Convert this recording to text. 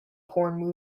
porn